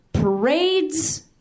parades